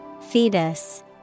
Fetus